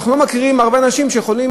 אנחנו לא מכירים הרבה אנשים שיכולים